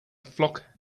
flock